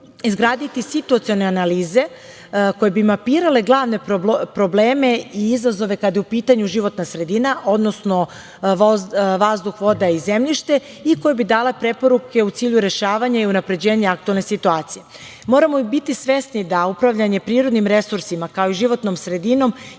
izgraditi situacione analize koje bi mapirale glavne probleme i izazove kada je u pitanju životna sredina, odnosno vazduh, voda i zemljište i koja bi dala preporuke u cilju rešavanja i unapređenja aktuelne situacije. Moramo biti svesni da upravljanje prirodnim resursima, kao i životnom sredinom